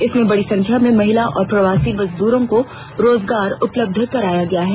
इसमें बड़ी संख्या में महिला और प्रवासी मजदूरों को रोजगार उपलब्ध कराया गया है